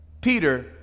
Peter